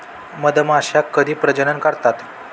मधमाश्या कधी प्रजनन करतात?